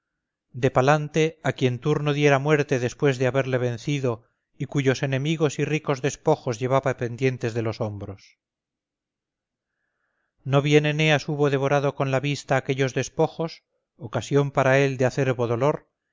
de palante a quien turno diera muerte después de haberle vencido y cuyos enemigos y ricos despojos llevaba pendientes de los hombros no bien eneas hubo devorado con la vista aquellos despojos ocasión para él de acerbo dolor